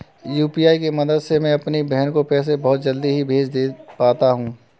UPI के मदद से मैं अपनी बहन को पैसे बहुत जल्दी ही भेज पाता हूं